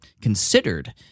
considered